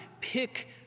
pick